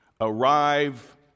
arrive